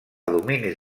domini